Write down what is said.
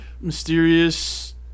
mysterious